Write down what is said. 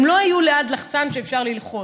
הם לא היו ליד לחצן שאפשר ללחוץ.